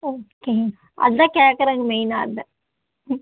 okay அதான் கேட்கறேங்க மெயினாக அது தான் ம்